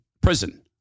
prison